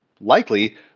likely